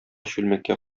чүлмәккә